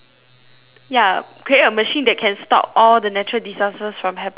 ya create a machine that can stop all the natural disasters from happening but not